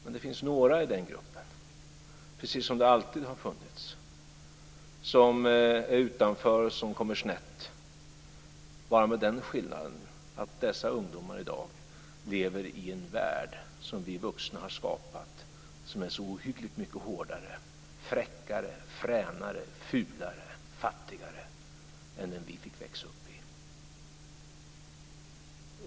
Men det finns några i den gruppen, precis som det alltid har funnits, som är utanför och som kommer snett, bara med den skillnaden att dessa ungdomar i dag lever i en värld som vi vuxna har skapat och som är så ohyggligt mycket hårdare, fräckare, fränare, fulare, fattigare än den vi fick växa upp i.